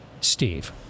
steve